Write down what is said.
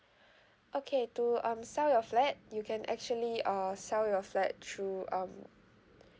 okay to um sell your flat you can actually uh sell your flat through um